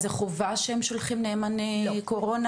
זה חובה שהם שולחים נאמני לשכות בסיעוד?